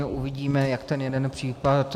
Uvidíme, jak ten jeden případ.